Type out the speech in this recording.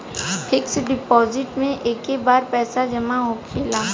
fix deposit मे एके बार पैसा जामा होखेला